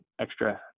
extra